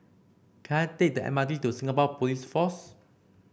can I take the M R T to Singapore Police Force